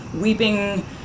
weeping